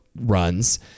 runs